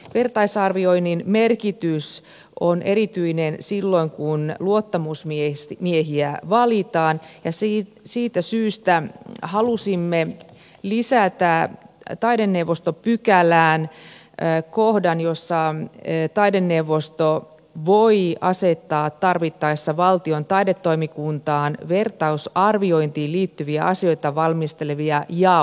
vertaisarvioinnin merkitys on erityinen silloin kun luottamusmiehiä valitaan ja siitä syystä halusimme lisätä taideneuvostopykälään kohdan jossa taideneuvosto voi asettaa tarvittaessa valtion taidetoimikuntaan vertaisarviointiin liittyviä asioita valmistelevia jaostoja